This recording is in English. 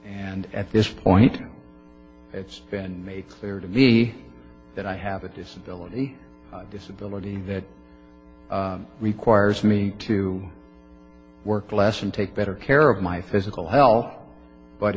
and at this point it's been made clear to me that i have a disability disability that requires me to work less and take better care of my physical health but